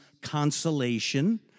consolation